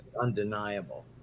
undeniable